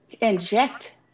inject